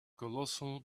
colossal